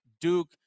Duke